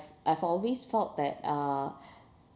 I've always felt that uh